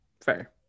Fair